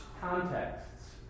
contexts